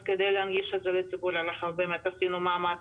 אז כדי להנגיש את זה לציבור עשינו מאמץ,